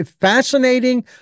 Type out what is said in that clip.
fascinating